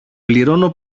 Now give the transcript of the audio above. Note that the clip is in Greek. πληρώνω